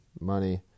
money